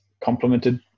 complemented